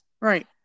Right